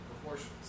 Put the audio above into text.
proportions